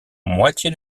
moitié